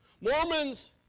Mormons